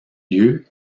lieu